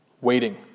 waiting